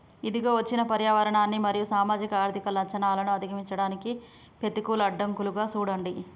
ఇదిగో ఇచ్చిన పర్యావరణ మరియు సామాజిక ఆర్థిక లచ్చణాలను అధిగమించడానికి పెతికూల అడ్డంకులుగా సూడండి